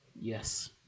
Yes